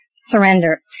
surrender